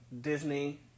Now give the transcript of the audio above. Disney